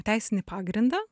teisinį pagrindą